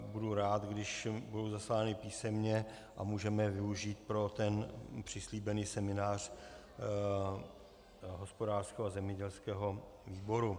Budu rád, když budou zaslány písemně, a můžeme je využít pro ten přislíbený seminář hospodářského a zemědělského výboru.